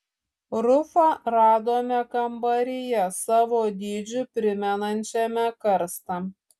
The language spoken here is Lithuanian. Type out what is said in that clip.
rufą radome kambaryje savo dydžiu primenančiame karstą